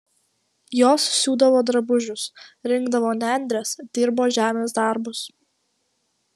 jos siūdavo drabužius rinkdavo nendres dirbo žemės darbus